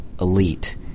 elite